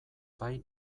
bai